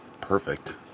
perfect